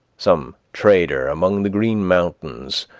some trader among the green mountains,